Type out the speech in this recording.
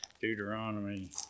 Deuteronomy